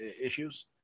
issues